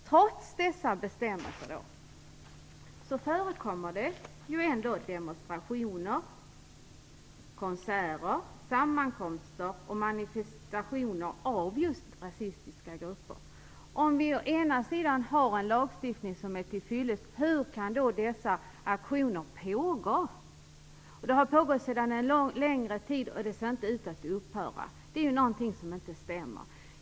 Trots dessa bestämmelser förekommer det ändå demonstrationer, konserter, sammankomster och manifestationer av just rasistiska grupper. Om vi har en lagstiftning som är tillfyllest, hur kan då dessa aktioner pågå? Detta har pågått under en längre tid och det ser inte ut att upphöra. Det är alltså något som inte stämmer.